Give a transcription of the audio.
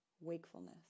wakefulness